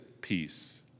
peace